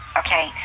okay